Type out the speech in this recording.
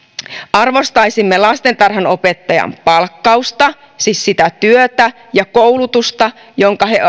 arvostaisimme lastentarhanopettajan palkkausta siis sitä koulutusta ja työtä jonka he